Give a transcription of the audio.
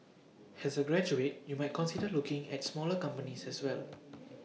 as A graduate you might consider looking at smaller companies as well